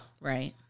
right